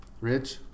Rich